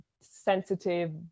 sensitive